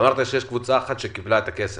אמרת שיש קבוצה אחת שקיבלה את הכסף.